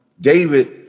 David